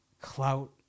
clout